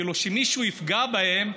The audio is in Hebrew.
כאילו שמישהו יפגע בהם,